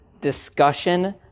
discussion